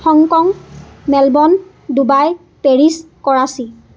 Hong Kong Melbourne Dubai Paris Karachi